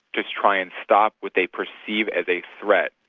to try and stop what they perceive as a threat,